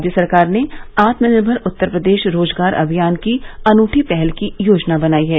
राज्य सरकार ने आत्मनिर्भर उत्तर प्रदेश रोजगार अभियान की अनूठी पहल की योजना बनायी है